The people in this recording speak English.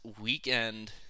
weekend